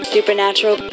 Supernatural